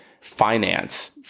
finance